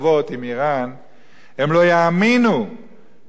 הם לא יאמינו כאשר הם יקראו את הפרסומים,